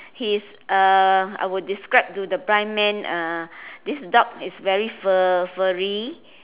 he's uh I would describe to the blind man uh this dog is very fur~ furry